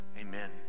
amen